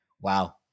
wow